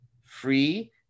free